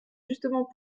justement